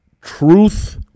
truth